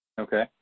Okay